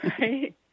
right